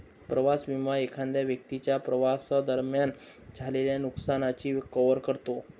प्रवास विमा एखाद्या व्यक्तीच्या प्रवासादरम्यान झालेल्या नुकसानाची कव्हर करतो